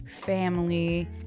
family